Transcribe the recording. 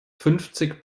fünfzig